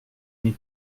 mes